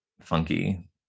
funky